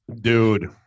Dude